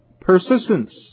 persistence